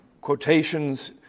quotations